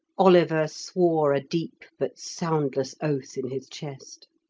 oliver swore a deep but soundless oath in his chest.